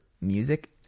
music